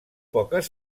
poques